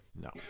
no